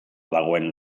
dagoen